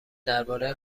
درباره